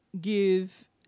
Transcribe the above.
give